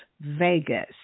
Vegas